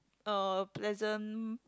uh pleasant